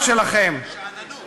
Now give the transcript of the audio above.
לא 67',